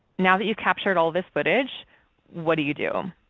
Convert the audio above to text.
now that you've captured all this footage what do you do?